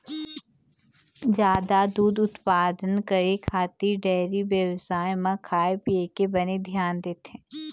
जादा दूद उत्पादन करे खातिर डेयरी बेवसाय म खाए पिए के बने धियान देथे